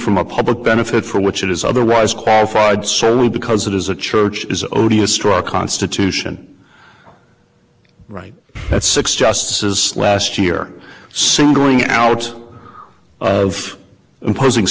from a public benefit for which it is otherwise qualified solely because it is a church is odious struck constitution right at six justices last year singling out of imposing